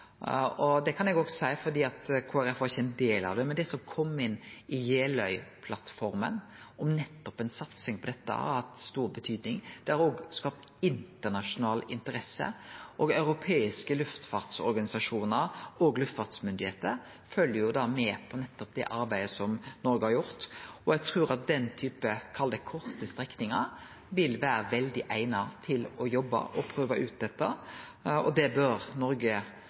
ikkje ein del av det, men det som kom inn i Jeløya-plattforma om nettopp ei satsing på dette, har hatt stor betydning. Det har òg skapt internasjonal interesse, og europeiske luftfartsorganisasjonar og luftfartsmyndigheiter følgjer med på nettopp det arbeidet som Noreg har gjort. Eg trur at den typen – kall det – korte strekningar vil vere veldig eigna til å jobbe med og prøve ut dette, og det bør Noreg